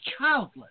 childless